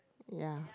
ya